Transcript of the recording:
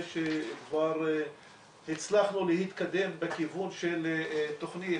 שכבר הצלחנו להתקדם בכיוון של תוכנית,